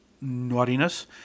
naughtiness